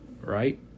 right